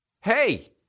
hey